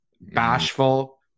bashful